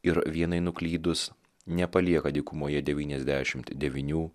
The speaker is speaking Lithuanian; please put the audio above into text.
ir vienai nuklydus nepalieka dykumoje devyniasdešimt devynių